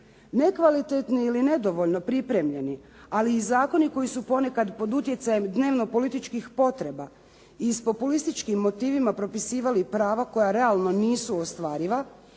“Nekvalitetni ili nedovoljno pripremljeni ali i zakoni koji su ponekad pod utjecajem dnevno-političkih potreba i s populističkim motivima propisivali prava koja realno nisu ostvariva